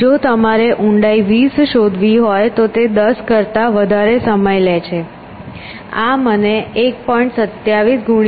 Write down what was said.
જો તમારે ઊંડાઈ 20 શોધવી હોય તો તે 10 કરતા વધારે સમય છે આ મને 1